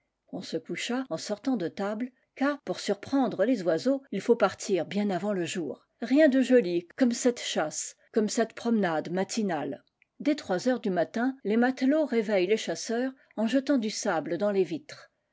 on se coucha en sortant de table car pour surprendre les oiseaux il faut partir bien avant le jour rien de joli comme cette chasse comme cette promenade matinale dès trois heures du matin les matelots réveillent les chasseurs en jetant du sable dans les vitres